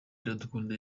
iradukunda